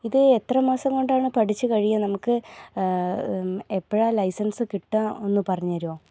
ഇത് എത്ര മാസം കൊണ്ടാണ് പഠിച്ചു കഴിയുക നമുക്ക് എപ്പോഴാണ് ലൈസൻസ് കിട്ടുക ഒന്ന് പറഞ്ഞുതരുമോ